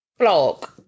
Vlog